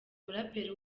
umuraperi